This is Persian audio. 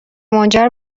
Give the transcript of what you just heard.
منجر